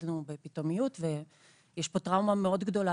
איבדנו בפתאומיות - ויש כאן טראומה מאוד גדולה